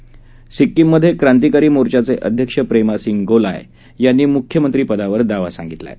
सिक्किम मधे सिक्किम क्रांतीकारी मोर्चाचे अध्यक्ष प्रेमासिंग गोलाय यांनी मुख्यमंत्री पदावर दावा सांगितलं आहे